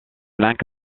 lynx